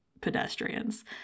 pedestrians